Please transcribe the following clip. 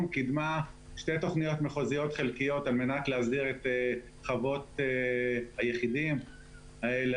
קידמה שתי תוכניות מחוזיות חלקיות על מנת להסדיר את חוות היחידים האלה,